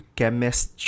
chemist